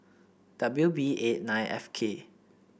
W B eight nine F K